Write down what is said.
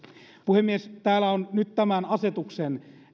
puhemies täällä on nyt tämän asetuksen